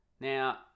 Now